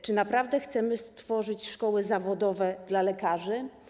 Czy naprawdę chcemy stworzyć szkoły zawodowe dla lekarzy?